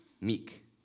meek